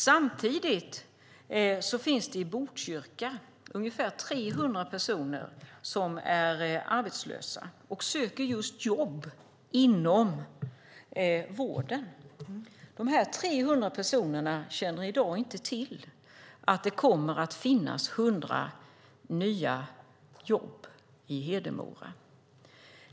Samtidigt finns det ungefär 300 personer i Botkyrka som är arbetslösa och söker jobb inom vården. Dessa 300 personer känner i dag inte till att det kommer att finnas 100 nya jobb i Hedemora.